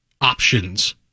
options